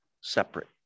separate